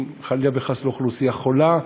אם חלילה וחס לאוכלוסייה חולה,